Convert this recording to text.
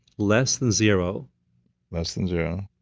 less than zero less than zero